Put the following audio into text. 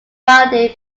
funding